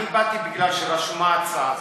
אני באתי בגלל שרשומה ההצעה הזאת.